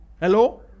Hello